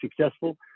successful